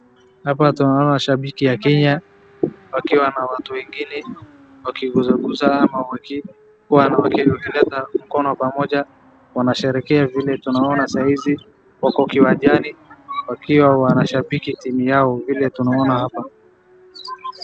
Hapa tunaona shabiki ya Kenya wakiwa na watu wengine wakiguzaguza wanawake wengine na mikono .Pamoja wanasherekea vile tunaona saa hizi wako kiwajani wakiwa wanashabiki timu yao vile tunaona hapa.